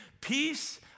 peace